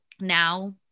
now